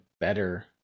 better